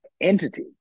entity